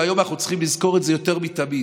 והיום אנחנו צריכים לזכור את זה יותר מתמיד: